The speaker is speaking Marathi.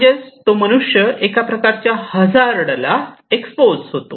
म्हणजेच तो मनुष्य एका प्रकारच्या हजार्ड ला एक्सपोज होतो